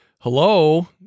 hello